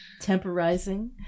Temporizing